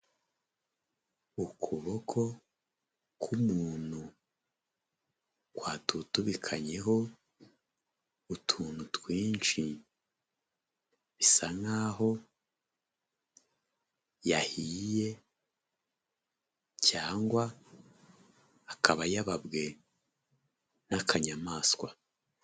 Ukuboko k'umuntu kwatutubikanyeho utuntu twinshi, bisa nk'aho yahiye cyangwa akaba yababwe n'akanyamaswa.